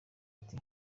ati